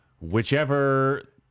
whichever